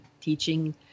teaching